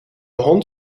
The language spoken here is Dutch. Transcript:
hond